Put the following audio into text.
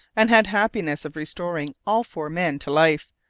and had happiness of restoring all four men to life.